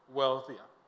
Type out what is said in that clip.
wealthier